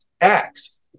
acts